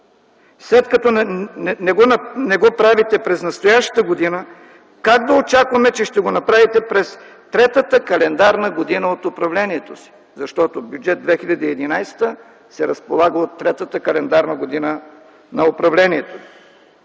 След като не го правите през настоящата година, как да очакваме, че ще го направите през третата календарна година от управлението си, защото Бюджет 2011 се разполага от третата календарна година на управлението ви?